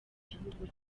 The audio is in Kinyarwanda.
gihugu